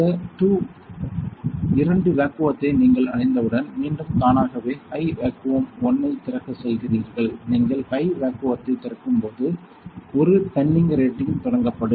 இந்த 2 வேக்குவத்தை நீங்கள் அடைந்தவுடன் மீண்டும் தானாகவே ஹை வேக்குவம் 1ஐத் திறக்க செல்கிறீர்கள் நீங்கள் ஹை வேக்குவத்தை திறக்கும் போது 1 பென்னிங் ரேட்டிங் தொடங்கப்படும்